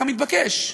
כמתבקש.